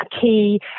key